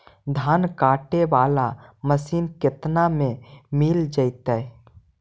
धान काटे वाला मशीन केतना में मिल जैतै?